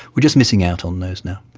we are just missing out on those now.